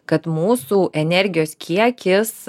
kad mūsų energijos kiekis